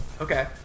Okay